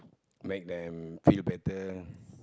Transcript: make them feel better